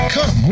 Come